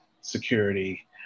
security